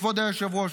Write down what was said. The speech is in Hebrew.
כבוד היושב-ראש,